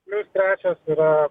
liustracijos yra